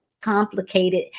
complicated